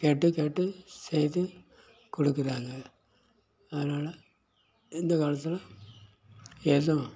கேட்டு கேட்டு செய்து கொடுக்குறாங்க அதனால் இந்த காலத்தில் எதுவும்